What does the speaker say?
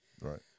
Right